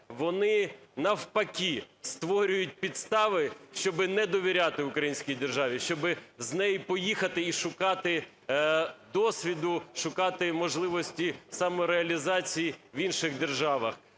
вони навпаки створюють підстави, щоб не довіряти українській державі, щоб з неї поїхати і шукати досвіду, шукати можливості самореалізації в інших державах.